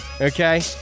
Okay